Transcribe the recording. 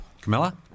Camilla